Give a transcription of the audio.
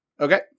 Okay